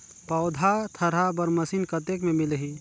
पौधा थरहा बर मशीन कतेक मे मिलही?